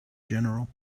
general